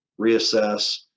reassess